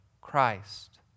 christ